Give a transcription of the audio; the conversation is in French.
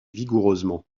vigoureusement